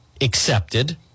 accepted